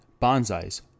bonsais